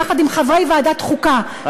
יחד עם חברי ועדת החוקה,